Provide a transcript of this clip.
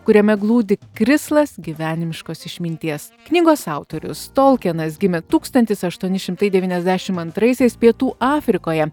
kuriame glūdi krislas gyvenimiškos išminties knygos autorius tolkienas gimė tūkstantis aštuoni šimtai devyniasdešim antraisiais pietų afrikoje